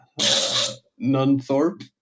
Nunthorpe